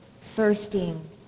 thirsting